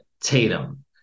Tatum